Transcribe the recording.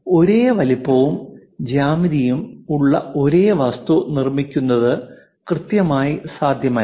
അതിനാൽ ഒരേ വലുപ്പവും ജ്യാമിതിയും ഉള്ള ഒരേ വസ്തു നിർമ്മിക്കുന്നത് കൃത്യമായി സാധ്യമല്ല